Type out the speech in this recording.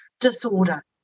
disorder